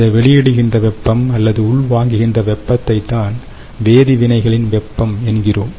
இந்த வெளியிடுகின்ற வெப்பம் அல்லது உள்வாங்குகின்ற வெப்பத்தை தான் வேதி வினைகளின் வெப்பம் என்கிறோம்